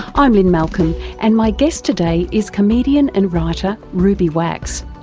i'm lynne malcolm and my guest today is comedian and writer ruby wax.